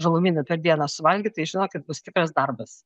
žalumynų per dieną suvalgyt tai žinokit bus tikras darbas